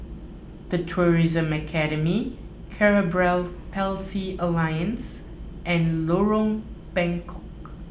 the Tourism Academy Cerebral Palsy Alliance and Lorong Bengkok